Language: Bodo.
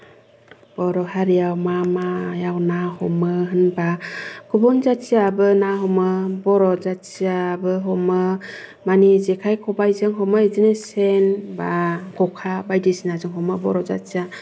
बर' हारिआव मा मायाव ना हमो होनोब्ला गुबुन जाथिआबो ना हमो बर' जाथिआबो हमो माने जेखाइ खबाइजों हमो बिदिनो सेन बा ख'खा बायदिसिनाजों हमो बर' जाथिया